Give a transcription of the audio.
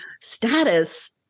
Status